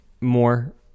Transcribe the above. More